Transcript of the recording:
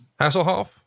hasselhoff